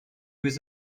was